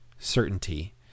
certainty